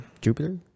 Jupiter